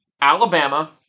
Alabama